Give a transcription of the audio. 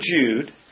Jude